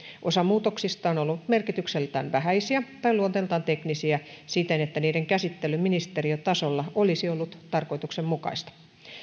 osa muutoksista on on ollut merkitykseltään siten vähäisiä tai luonteeltaan teknisiä että niiden käsittely ministeriötasolla olisi ollut tarkoituksenmukaista